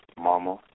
Mama